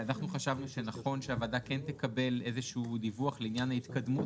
אנחנו חשבנו שנכון שהוועדה כן תקבל איזשהו דיווח לעניין ההתקדמות